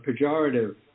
pejorative